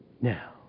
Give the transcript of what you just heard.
Now